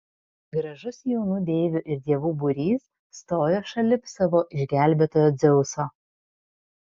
gražus jaunų deivių ir dievų būrys stojo šalip savo išgelbėtojo dzeuso